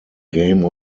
game